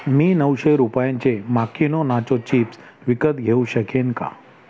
मी नऊशे रुपयांचे माक्युनो नाचो चिप्स विकत घेऊ शकेन का